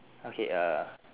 okay uh